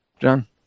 John